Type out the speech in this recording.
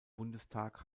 bundestag